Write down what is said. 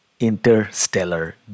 interstellar